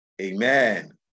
amen